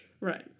Right